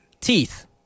teeth